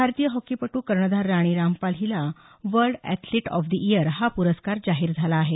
भारतीय हॉकीपटू कर्णधार राणी रामपाल हिला world athlete of the year हा पुरस्कार जाहीर झाला आहे